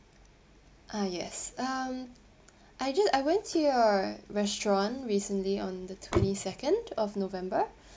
ah yes um I just I went to your restaurant recently on the twenty second of november